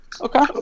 Okay